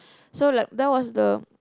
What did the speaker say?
so like that was the